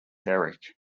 eric